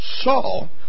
Saul